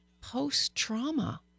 post-trauma